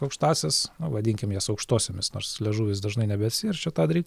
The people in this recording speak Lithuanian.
aukštąsias vadinkim jas aukštosiomis nors liežuvis dažnai nebesiverčia tą daryt